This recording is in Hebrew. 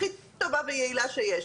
הכי טובה ויעילה שיש.